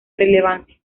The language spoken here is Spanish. relevancia